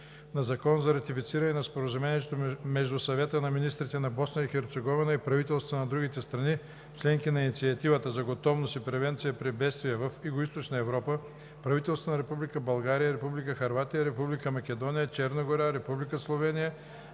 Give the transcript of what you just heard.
на закон за ратифициране на Споразумението между Съвета на министрите на Босна и Херцеговина и правителствата на другите страни – членки на Инициативата за готовност и превенция при бедствия в Югоизточна Европа (правителствата на Република България, Република Хърватия, Република Македония, Черна гора, Република Словения,